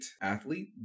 athlete